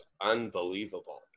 unbelievable